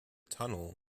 tunnel